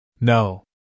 No